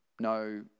no